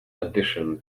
addition